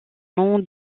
nom